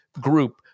group